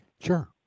Sure